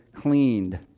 cleaned